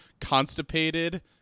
constipated